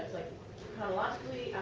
like chronologically,